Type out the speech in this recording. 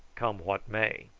come what may.